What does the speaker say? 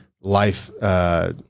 life